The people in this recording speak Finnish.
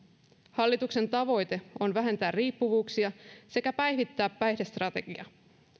hallituksen tavoite on vähentää riippuvuuksia sekä päivittää päihdestrategiaa